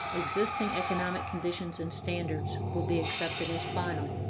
existing economic conditions and standards will be accepted as final.